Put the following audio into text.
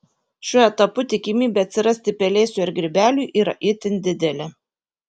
šiuo etapu tikimybė atsirasti pelėsiui ar grybeliui yra itin didelė